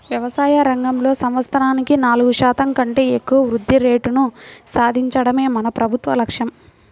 వ్యవసాయ రంగంలో సంవత్సరానికి నాలుగు శాతం కంటే ఎక్కువ వృద్ధి రేటును సాధించడమే మన ప్రభుత్వ లక్ష్యం